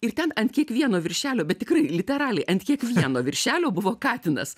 ir ten ant kiekvieno viršelio bet tikrai literaliai ant kiekvieno viršelio buvo katinas